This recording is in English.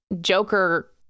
Joker